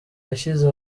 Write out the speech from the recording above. yashyize